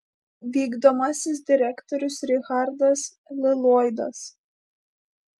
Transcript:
vykdomasis direktorius richardas lloydas